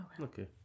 Okay